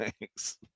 thanks